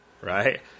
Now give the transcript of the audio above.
Right